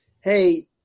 Hey